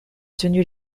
tenu